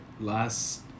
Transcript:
last